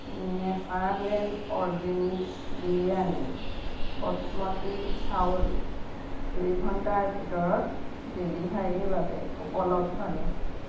Natureland organics বিৰিয়ানীৰ বসমতী চাউল দুই ঘণ্টাৰ ভিতৰত ডেলিভাৰীৰ বাবে উপলব্ধনে